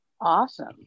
awesome